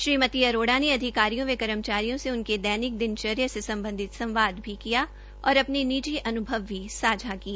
श्रीमती अरोड़ा ने अधिकारियों व कर्मचारियों से उनके दैनिक दिनचर्या से संबंधित संवाद भी किया और अपने निजी अनुभव भी सांझा किए